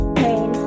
pain